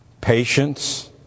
Patience